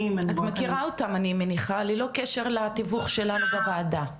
--- את מכירה אותם אני מניחה ללא קשר לתיווך שלנו בוועדה.